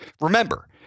Remember